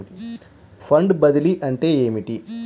Fund బదిలీ అంటే ఏమిటి?